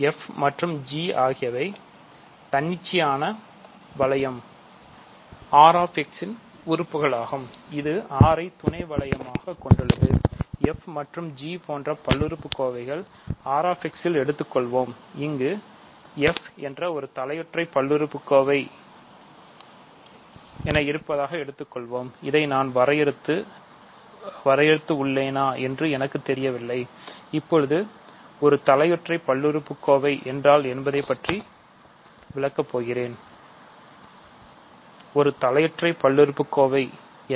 f மற்றும் gஆகியவை தன்னிச்சையான வளையம்பல்லுறுப்புக்கோவை என்றால் என்ன